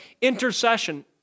intercession